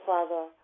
Father